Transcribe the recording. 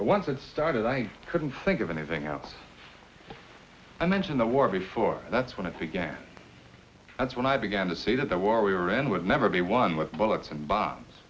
once it started i couldn't think of anything else i mentioned the war before that's when it began that's when i began to see that the war we were in would never be won with bullets and bombs